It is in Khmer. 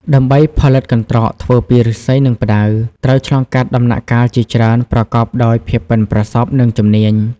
ដើម្បីផលិតកន្ត្រកធ្វើពីឫស្សី និងផ្តៅ ត្រូវឆ្លងកាត់ដំណាក់កាលជាច្រើនប្រកបដោយភាពប៉ិនប្រសប់ និងជំនាញ។